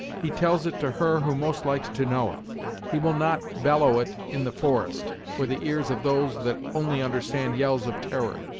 he tells it to her who most likes to know it he will not bellow it in the forest, for the ears of those that only understand yells of terror.